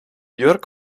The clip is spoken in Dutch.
jurk